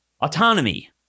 autonomy